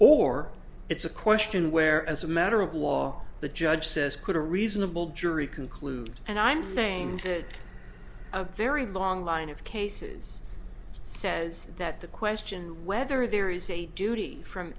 or it's a question where as a matter of law the judge says could a reasonable jury conclude and i'm saying to a very long line of cases says that the question whether there is a duty from